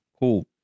cool